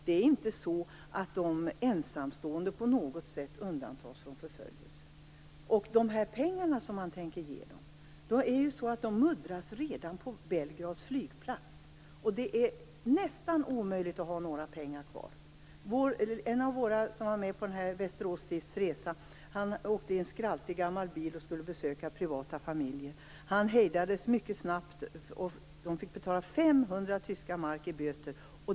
Det är inte så att de ensamstående på något sätt undantas från förföljelse. När det gäller de pengar man tänker ge dem muddras dessa människor redan på Belgrads flygplats. Det är nästan omöjligt att ha några pengar kvar. En av de våra som var med på Västerås stifts resa åkte i en skraltig gammal bil och skulle privat besöka familjer. Han hejdades mycket snabbt, och de fick betala 500 tyska mark i böter.